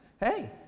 hey